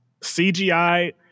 CGI